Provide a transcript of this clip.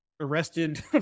arrested